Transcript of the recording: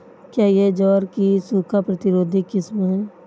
क्या यह ज्वार की सूखा प्रतिरोधी किस्म है?